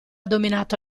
dominato